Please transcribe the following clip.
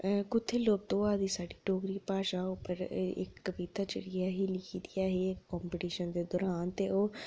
कुत्थै लुप्त होआ दी साढ़ी डोगरी भाशा पर इक कविता जेह्ड़ी ऐ ही कंपटिशन दे दौरान